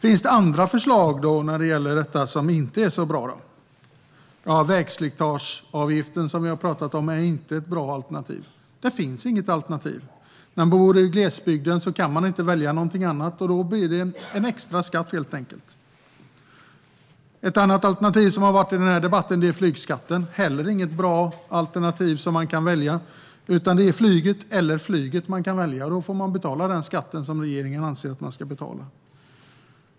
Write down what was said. Finns det förslag som inte är så bra? Ja, vägslitageavgiften är inte bra. Det finns ju inget alternativ. Bor man i glesbygd kan man inte välja något annat färdmedel, och då blir det en extra skatt. Ett annat förslag som varit uppe här är flygskatten. Den är inte heller bra när det inte finns några alternativ. Kan man bara välja mellan flyget och flyget får man betala den skatt som regeringen anser att man ska betala.